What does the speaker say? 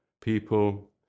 people